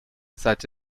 such